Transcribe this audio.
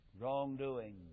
wrongdoing